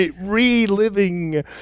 reliving